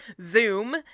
Zoom